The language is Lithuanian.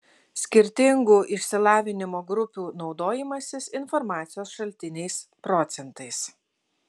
skirtingų išsilavinimo grupių naudojimasis informacijos šaltiniais procentais